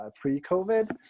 pre-COVID